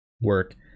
work